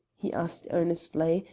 he asked earnestly,